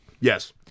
yes